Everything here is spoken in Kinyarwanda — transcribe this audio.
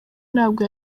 ntabwo